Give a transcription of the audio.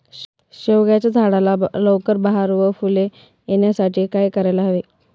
शेवग्याच्या झाडाला लवकर बहर व फूले येण्यासाठी काय करायला हवे?